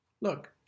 look